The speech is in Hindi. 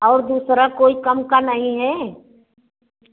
और दूसरा कोई कम का नहीं है